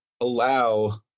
allow